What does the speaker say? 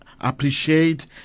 appreciate